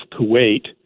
Kuwait